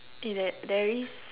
eh there there is